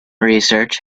research